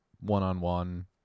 one-on-one